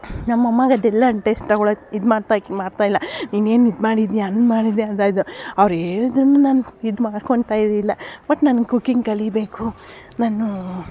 ನಮ್ಮಮ್ಮಗದೆಲ್ಲ taste ತಗೊಳೊಕ್ಕೆ ಇದು ಮಾಡ್ತಾ ಮಾಡ್ತಾ ಇಲ್ಲ ನೀನೇನು ಇದು ಮಾಡಿದ್ಯಾ ಹಂಗೆ ಮಾಡಿದ್ಯಾ ಅಂತ ಇದ್ದರು ಅವ್ರು ಹೇಳ್ದ್ರು ನಾನು ಇದು ಮಾಡ್ಕೊತ ಇದಿಲ್ಲ ಬಟ್ ನನ್ಗೆ ಕುಕಿಂಗ್ ಕಲಿಬೇಕು ನಾನು